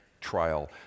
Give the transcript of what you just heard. Trial